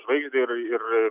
žvaigždę ir ir